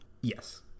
Yes